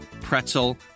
pretzel